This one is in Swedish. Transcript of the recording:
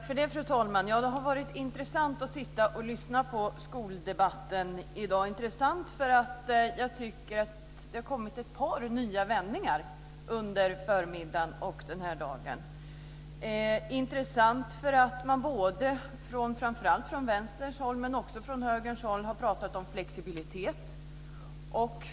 Fru talman! Det har varit intressant att sitta och lyssna på skoldebatten i dag - intressant därför att det, som jag tycker, har kommit ett par nya vändningar här under förmiddagen denna dag men också intressant därför att man framför allt från vänsterhåll, och också från högerhåll, har talat om flexibilitet.